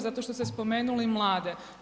Zato što ste spomenuli mlade.